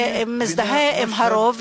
שמזדהה עם הרוב,